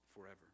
forever